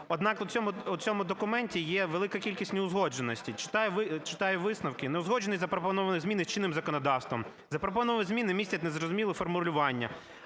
Однак, в цьому документі є велика кількість неузгодженостей. Читаю висновки. Неузгоджені запропоновані зміни з чинним законодавством. Запропоновані зміни містять незрозумілі формулювання.